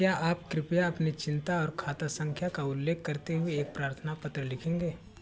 क्या आप कृपया अपनी चिन्ता और खाता सँख्या का उल्लेख करते हुए एक प्रार्थना पत्र लिखेंगे